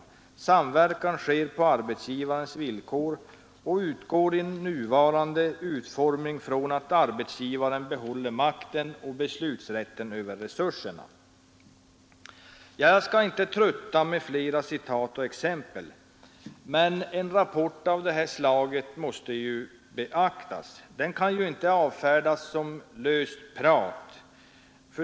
Samverkan sker på arbetsgivarens villkor och utgår i nuvarande utformning från att arbetsgivaren behåller makten och beslutsrätten över resurserna.” Jag skall inte trötta kammaren med flera citat och exempel, men en rapport av det här slaget måste ju beaktas — den kan inte bara avfärdas som löst prat.